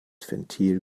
ventil